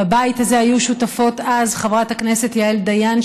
בבית הזה היו שותפות אז חברת הכנסת יעל דיין,